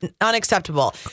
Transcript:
unacceptable